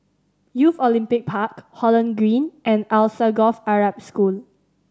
Youth Olympic Park Holland Green and Alsagoff Arab School